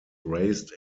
raised